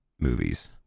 movies